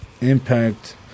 impact